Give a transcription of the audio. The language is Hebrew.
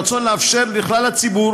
הרצון לאפשר לכלל הציבור